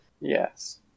Yes